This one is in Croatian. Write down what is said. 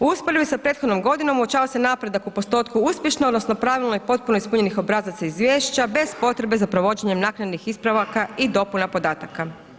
U usporedbi sa prethodnom godinom uočava se napredak u postotku uspješno odnosno pravilno i potpuno ispunjenih obrazaca izvješća bez potrebe za provođenjem naknadnih ispravaka i dopuna podataka.